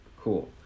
cool